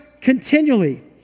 continually